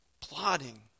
plotting